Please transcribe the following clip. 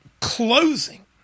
closing